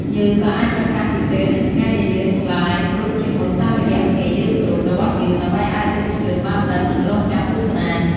យើងក៏អាចប្រកាសពីពេល និងថ្ងៃដែលយើងនឹង Live លក់ជាមុនតាមរយៈ Page ឬ Group របស់យើង ដើម្បីឲ្យអតិថិជនបានដឹង និងរង់ចាំទស្សនា។